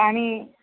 ପାଣି